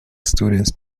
students